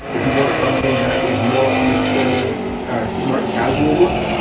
if you want something that is more on a seventy smart, casual look.